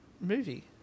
movie